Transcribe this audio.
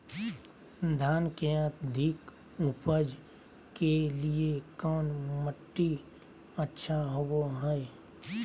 धान के अधिक उपज के लिऐ कौन मट्टी अच्छा होबो है?